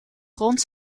grond